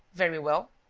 very well,